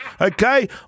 Okay